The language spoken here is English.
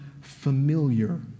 familiar